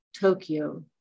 Tokyo